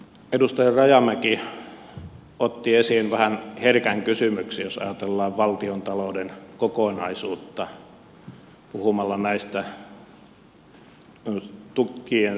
edustaja rajamäki otti esiin vähän herkän kysymyksen jos ajatellaan valtiontalouden kokonaisuutta puhumalla näistä tukien sosialisoinnista tavallaan